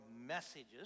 messages